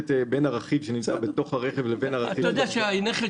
הרכיב שנמצא בתוך הרכב ובין הרכיב שנמצא בידי הנהג.